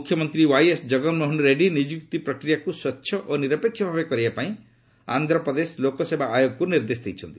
ମୁଖ୍ୟମନ୍ତ୍ରୀ ୱାଇଏସ୍ଜଗନମୋହନ ରେଡ୍ଡୀ ନିଯୁକ୍ତି ପ୍ରକ୍ରିୟାକୁ ସ୍ୱଚ୍ଚ ଓ ନିରପେକ୍ଷ ଭାବେ କରେଇବା ପାଇଁ ଆନ୍ଧ୍ରପ୍ରଦେଶ ଲୋକସେବା ଆୟୋଗକୁ ନିର୍ଦ୍ଦେଶ ଦେଇଛନ୍ତି